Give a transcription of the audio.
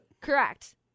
Correct